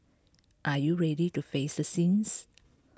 are you ready to face the sins